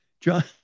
John